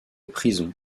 prison